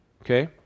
okay